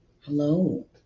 Hello